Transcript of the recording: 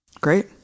Great